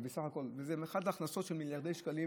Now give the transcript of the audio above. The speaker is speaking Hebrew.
ובסך הכול זה הכנסות של מיליארדי שקלים.